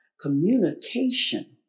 Communication